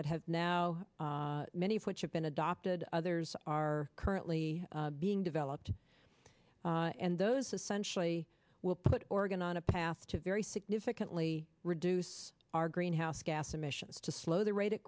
that has now many of which have been adopted others are currently being developed and those essentially will put organ on a path to very significantly reduce our greenhouse gas emissions to slow the rate of